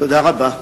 תודה רבה.